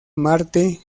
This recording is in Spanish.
marte